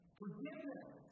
forgiveness